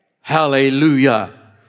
Hallelujah